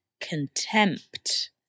contempt